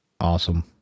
Awesome